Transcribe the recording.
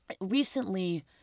Recently